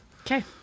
Okay